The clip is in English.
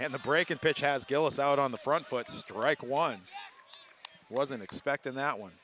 and the break in pitch has gillis out on the front foot strike one wasn't expecting that one